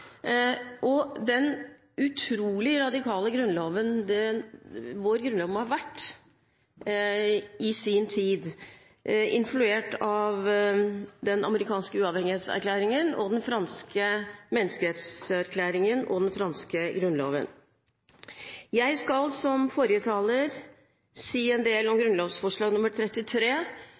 av den amerikanske uavhengighetserklæringen og den franske menneskerettserklæringen og den franske grunnloven. Jeg skal, som forrige taler, si en del om grunnlovsforslag 33,